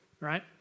Right